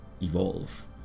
evolve